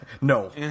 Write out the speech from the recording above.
No